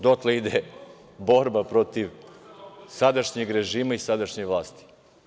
Dotle ide borba protiv sadašnjeg režima i sadašnje vlasti.